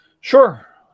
Sure